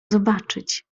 zobaczyć